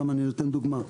סתם אני נותן דוגמה.